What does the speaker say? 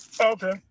Okay